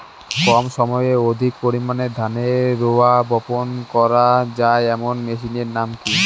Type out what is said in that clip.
কম সময়ে অধিক পরিমাণে ধানের রোয়া বপন করা য়ায় এমন মেশিনের নাম কি?